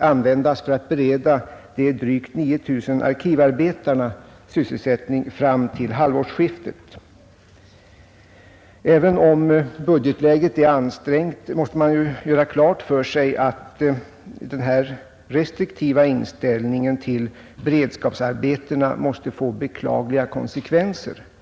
användas för att bereda de drygt 9 000 arkivarbetarna sysselsättning fram till halvårsskiftet. Även om budgetläget är ansträngt måste man göra klart för sig att denna restriktiva inställning till beredskapsarbetena får beklagliga konsekvenser.